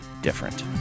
different